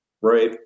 Right